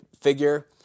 figure